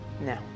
No